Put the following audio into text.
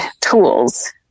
tools